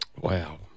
Wow